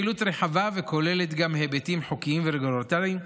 הפעילות רחבה וכוללת גם היבטים חוקיים ורגולטוריים,